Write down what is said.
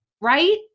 right